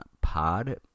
pod